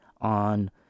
on